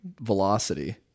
velocity